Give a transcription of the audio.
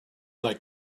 that